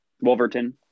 Wolverton